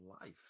life